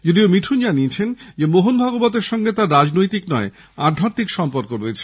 যদিও মিঠুন জানিয়েছেন মোহন ভাগবত এর সঙ্গে তার রাজনৈতিক নয় আধ্যাত্মিক সম্পর্ক রয়েছে